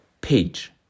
page